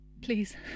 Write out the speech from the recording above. please